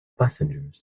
passengers